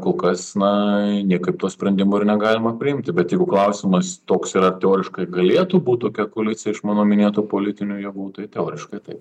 kol kas na niekaip to sprendimo ir negalima priimti bet jeigu klausimas toks yra teoriškai galėtų būt tokia koalicija iš mano minėtų politinių jėgų tai teoriškai taip